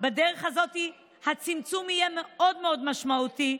בדרך הזאת הצמצום יהיה מאוד מאוד משמעותי,